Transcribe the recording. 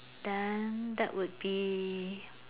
then that would be